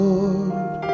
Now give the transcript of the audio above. Lord